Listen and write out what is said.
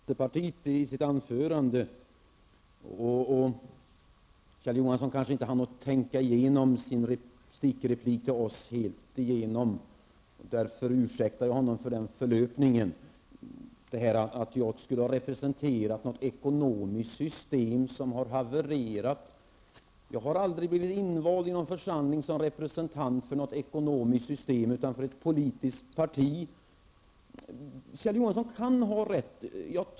Fru talman! Kjell Johansson berömde vänsterpartiet i sitt anförande. Kjell Johansson hann kanske inte tänka igenom sin senaste replik, därför ursäktar jag honom förlöpningen att jag skulle ha representerat något ekonomiskt system som har havererat. Jag har aldrig blivit invald i någon församling som representant för något ekonomiskt system utan för ett politiskt parti. Men Kjell Johansson kan också ha rätt.